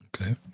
Okay